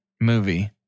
movie